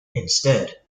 instead